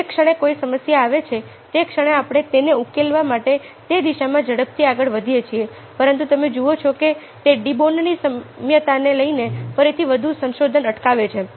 જે ક્ષણે કોઈ સમસ્યા આવે છે તે ક્ષણે આપણે તેને ઉકેલવા માટે તે દિશામાં ઝડપથી આગળ વધીએ છીએ પરંતુ તમે જુઓ છો કે તે ડી બોનોની સામ્યતાને લઈને ફરીથી વધુ સંશોધન અટકાવે છે